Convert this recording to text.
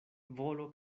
volo